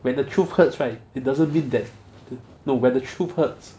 when the truth hurts right it doesn't mean that no when the truth hurts